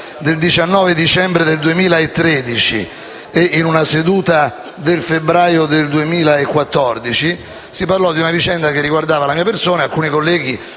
del 19 dicembre 2013 e in una seduta del febbraio 2014 si parlò di una vicenda che riguardava la mia persona e alcuni colleghi,